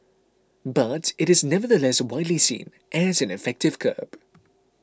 but it is nevertheless widely seen as an effective curb